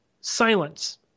Silence